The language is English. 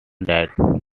that